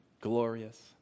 glorious